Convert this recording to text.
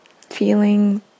feeling